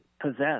possess